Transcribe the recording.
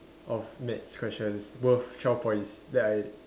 of math question worth twelve points then I